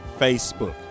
Facebook